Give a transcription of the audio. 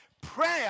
Prayer